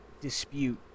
dispute